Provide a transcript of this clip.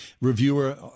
reviewer